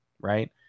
right